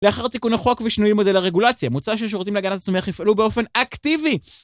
לאחר תיקון החוק ושינוי מודל הרגולציה, מוצע ששרותים להגנת הצומח יפעלו באופן אקטיבי.